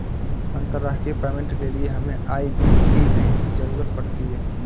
अंतर्राष्ट्रीय पेमेंट के लिए हमें आई.बी.ए.एन की ज़रूरत पड़ती है